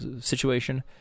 situation